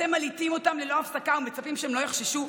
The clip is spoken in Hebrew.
אתם מלהיטים אותם ללא הפסקה ומצפים שהם לא יחששו?